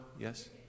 Yes